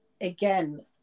again